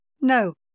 No